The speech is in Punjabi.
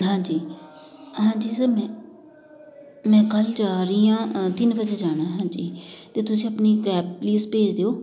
ਹਾਂਜੀ ਹਾਂਜੀ ਸਰ ਮੈਂ ਮੈਂ ਕੱਲ੍ਹ ਜਾ ਰਹੀ ਹਾਂ ਤਿੰਨ ਵਜੇ ਜਾਣਾ ਹਾਂਜੀ ਅਤੇ ਤੁਸੀਂ ਆਪਣੀ ਕੈਬ ਪਲੀਜ਼ ਭੇਜ ਦਿਉ